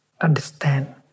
understand